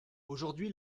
aujourd’hui